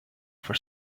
for